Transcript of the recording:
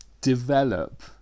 develop